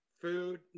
food